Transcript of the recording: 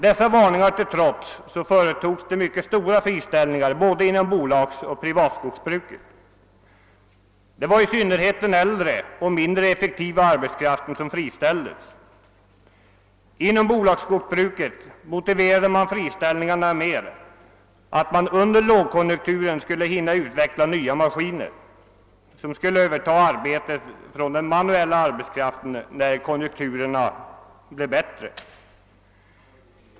Dessa varningar till trots företogs mycket stora friställningar både inom bolagsoch privatskogsbruket. Det var i synnerhet den äldre och mindre effektiva arbetskraften som friställdes. Inom bolagsskogsbruket motiverade man friställningarna med att man under lågkonjunkturen skulle hinna utveckla nya maskiner, som skulle överta arbetet från den manuella arbetskraften när konjunkturerna bleve bättre.